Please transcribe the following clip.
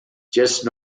just